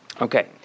Okay